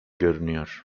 görünüyor